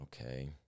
okay